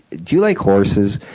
do you like horses?